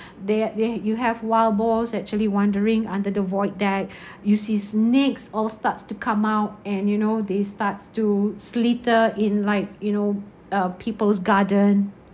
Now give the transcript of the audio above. there there you have wild boars actually wandering under the void deck you see snakes all starts to come out and you know they starts to slither in like you know uh people's garden